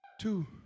two